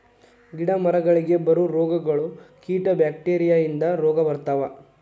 ಗಿಡಾ ಮರಗಳಿಗೆ ಬರು ರೋಗಗಳು, ಕೇಟಾ ಬ್ಯಾಕ್ಟೇರಿಯಾ ಇಂದ ರೋಗಾ ಬರ್ತಾವ